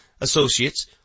associates